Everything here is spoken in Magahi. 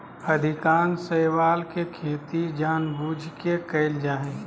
अधिकांश शैवाल के खेती जानबूझ के कइल जा हइ